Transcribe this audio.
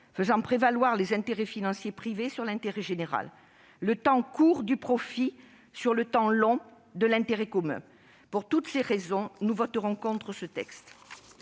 faisant prévaloir les intérêts financiers privés sur l'intérêt général, le temps court du profit sur le temps long de l'intérêt commun. Pour toutes ces raisons, nous voterons contre ce texte.